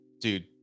dude